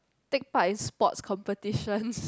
take part in sports competition